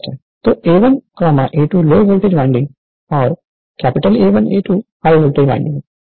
Refer Slide Time 0424 तो a1 a2 low voltage winding और capital A1 A2 high voltage winding है